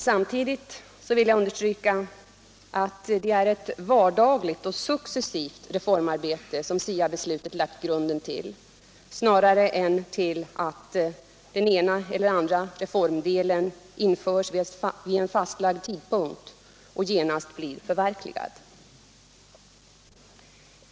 Samtidigt vill jag understryka att det är ett vardagligt och successivt reformarbete som SIA-beslutet lagt grunden till snarare än till att den ena eller andra reformdelen införs vid en fastställd tidpunkt och genast blir förverkligad.